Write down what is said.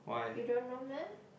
you don't know meh